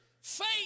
Faith